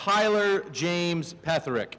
tyler james patrick